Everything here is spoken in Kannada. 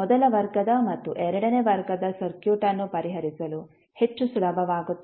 ಮೊದಲ ವರ್ಗದ ಮತ್ತು ಎರಡನೇ ವರ್ಗದ ಸರ್ಕ್ಯೂಟ್ ಅನ್ನು ಪರಿಹರಿಸಲು ಹೆಚ್ಚು ಸುಲಭವಾಗುತ್ತದೆ